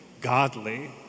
godly